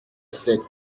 sept